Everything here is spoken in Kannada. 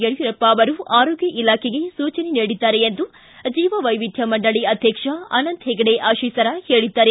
ಯಡಿಯೂರಪ್ಪ ಅವರು ಆರೋಗ್ಯ ಇಲಾಖೆಗೆ ಸೂಚನೆ ನೀಡಿದ್ದಾರೆ ಎಂದು ಜೀವ ವೈವಿಧ್ಯ ಮಂಡಳಿ ಅಧ್ಯಕ್ಷ ಅನಂತ ಹೆಗಡೆ ಅಶೀಸರ ಹೇಳಿದ್ದಾರೆ